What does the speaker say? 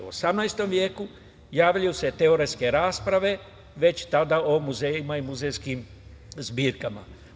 U 18. veku javljaju se teoretske rasprave, već tada o muzejima i muzejskim zbirkama.